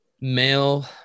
Male